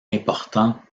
important